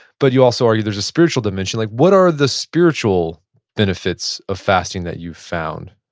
but you also argue there's a spiritual dimension. like what are the spiritual benefits of fasting that you've found?